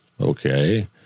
Okay